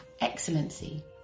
excellency